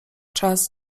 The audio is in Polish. czas